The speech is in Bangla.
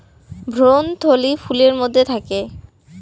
ভ্রূণথলি ফুলের মধ্যে থাকে